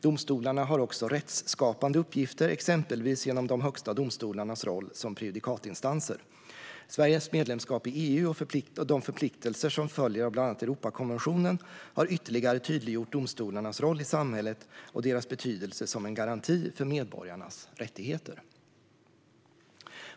Domstolarna har också rättsskapande uppgifter exempelvis genom de högsta domstolarnas roll som prejudikatinstanser. Sveriges medlemskap i EU och de förpliktelser som följer av bl.a. Europakonventionen har ytterligare tydliggjort domstolarnas roll i samhället och deras betydelse som en garanti för medborgarnas rättigheter."